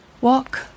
Walk